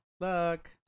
look